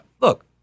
look